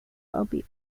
أبيض